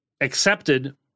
accepted